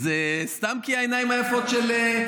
זה סתם כי העיניים היפות של,